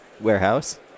warehouse